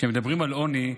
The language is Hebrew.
כשמדברים על עוני,